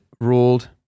ruled